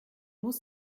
muss